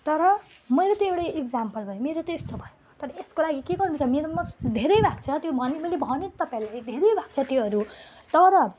तर मैले त एउटा इक्जाम्पल भयो मेरो त यस्तो भयो तर यसको लागि के गर्नु छ मेरो धेरै भएको छ त्यो भने मैले भने त तपाईँहरू धेरै भएको छ त्योहरू तर